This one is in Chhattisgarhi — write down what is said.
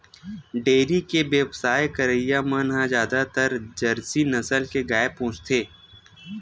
डेयरी के बेवसाय करइया मन ह जादातर जरसी नसल के गाय पोसथे